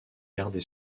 gardée